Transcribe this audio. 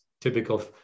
typical